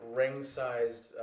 ring-sized